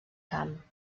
camp